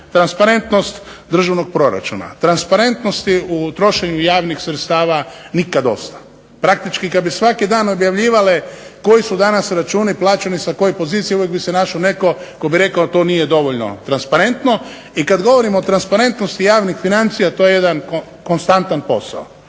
Transparentnost državnog proračuna. Transparentnosti u trošenju javnih sredstava nikad dosta. Praktički kad bi svaki dan objavljivale koji su danas računi plaćeni sa koje pozicije uvijek bi se našao netko tko bi rekao to nije dovoljno transparentno. I kad govorimo o transparentnosti javnih financija to je jedan konstantan posao,